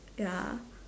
ya